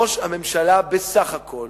ראש הממשלה בסך הכול